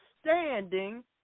standing